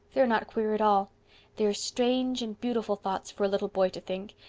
they are not queer at all they are strange and beautiful thoughts for a little boy to think,